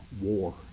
war